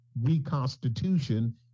reconstitution